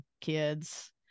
kids